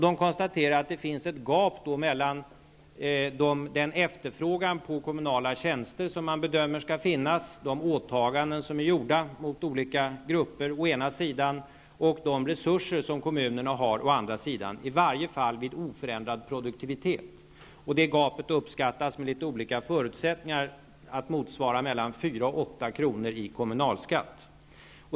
Man konstaterar att det finns ett gap mellan å ena sidan den efterfrågan på kommunala tjänster som man bedömer skall finnas, de åtaganden som är gjorda gentemot olika grupper, och å andra sidan de resurser kommunerna har. Detta gäller i varje fall vid oförändrad produktivitet. Gapet uppskattas, med litet olika förutsättningar, motsvara mellan 4 och 8 kr. i kommunalskatt.